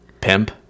pimp